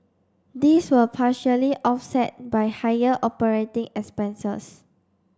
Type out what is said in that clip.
these were partially offset by higher operating expenses